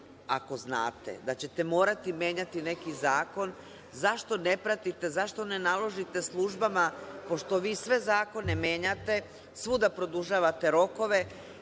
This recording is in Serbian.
ako znate, da ćete morati menjati neki zakon, zašto ne pratite, zašto ne naložite službama, pošto vi sve zakone menjate, svuda produžavate rokove,